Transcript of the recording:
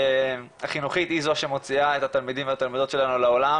החינוכית היא זו שמוציאה את התלמידים והתלמידות שלנו לעולם,